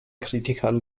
kritikern